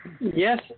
Yes